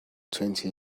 twenty